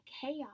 chaos